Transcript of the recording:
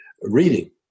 reading